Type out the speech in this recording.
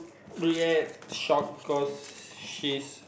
yes shock cause she's